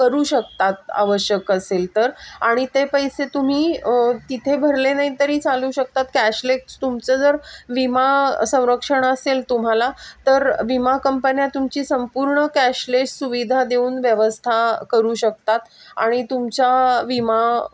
करू शकतात आवश्यक असेल तर आणि ते पैसे तुम्ही तिथे भरले नाही तरी चालू शकतात कॅशलेक्स तुमचं जर विमा संरक्षण असेल तुम्हाला तर विमा कंपन्या तुमची संपूर्ण कॅशलेस सुविधा देऊन व्यवस्था करू शकतात आणि तुमच्या विमा